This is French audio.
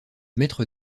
maître